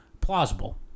Plausible